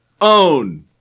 own